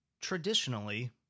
Traditionally